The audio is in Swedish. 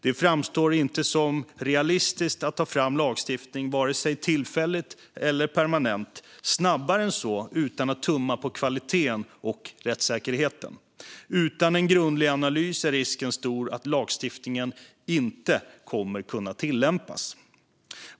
Det framstår inte som realistiskt att ta fram lagstiftning, vare sig tillfällig eller permanent, snabbare än så utan att tumma på kvalitet och rättssäkerhet. Utan en grundlig analys är risken stor att lagstiftningen inte kommer att kunna tillämpas.